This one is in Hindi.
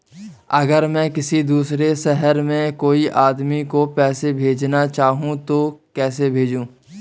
अगर मैं किसी दूसरे शहर में कोई आदमी को पैसे भेजना चाहूँ तो कैसे भेजूँ?